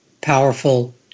powerful